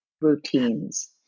routines